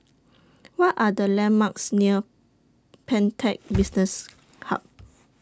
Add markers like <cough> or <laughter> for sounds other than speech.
What Are The landmarks near Pantech <noise> Business Hub